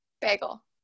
Bagel